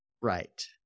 Right